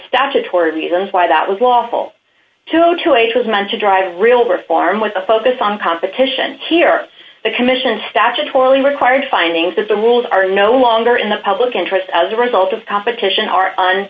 statutory reasons why that was lawful so two too late was meant to drive real reform with a focus on competition here the commission statutorily required findings that the rules are no longer in the public interest as a result of competition are on